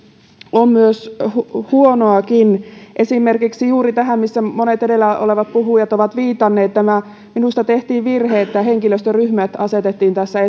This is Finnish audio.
on sitten myös huonoakin minusta esimerkiksi juuri tässä mihin monet edellä olevat puhujat ovat viitanneet tehtiin virhe että henkilöstöryhmät asetettiin tässä